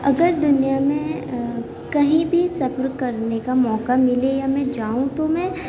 اگر دنیا میں کہیں بھی سفر کرنے کا موقعہ ملے یا میں جاؤں تو میں